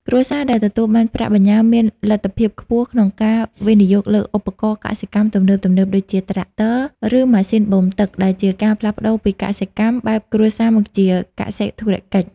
គ្រួសារដែលទទួលបានប្រាក់បញ្ញើមានលទ្ធភាពខ្ពស់ក្នុងការវិនិយោគលើឧបករណ៍កសិកម្មទំនើបៗ ដូចជាត្រាក់ទ័រ ឬម៉ាស៊ីនបូមទឹក ដែលជាការផ្លាស់ប្តូរពីកសិកម្មបែបគ្រួសារមកជាកសិធុរកិច្ច។